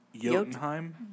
Jotunheim